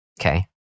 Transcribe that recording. Okay